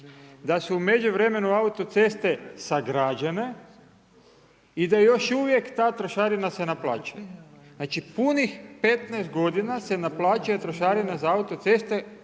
da su u međuvremenu autoceste sagrađene i da još uvijek ta trošarina se naplaćuje. Znači, punih 15 godina se naplaćuje trošarina za autoceste,